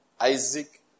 Isaac